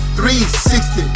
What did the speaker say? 360